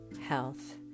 health